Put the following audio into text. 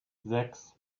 sechs